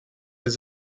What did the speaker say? les